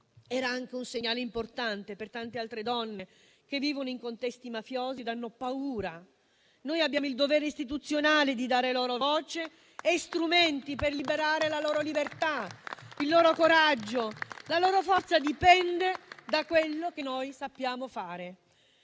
Era anche un segnale importante per tante altre donne che vivono in contesti mafiosi e hanno paura. Noi abbiamo il dovere istituzionale di dare loro voce e strumenti per liberare la loro libertà, il loro coraggio. La loro forza dipende da quello che noi sappiamo fare.